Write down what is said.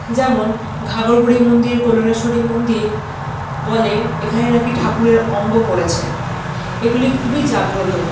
যেমন ঘাগরবুড়ি মন্দির কল্যাণেশ্বরী মন্দির বলে এখানে নাকি ঠাকুরের অঙ্গ পড়েছে এগুলি খুবই জাগ্রত